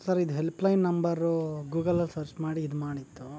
sir ಇದು helpline number ಗೂಗಲಲ್ಲಿ search ಮಾಡಿ ಇದುಮಾಡಿತ್ತು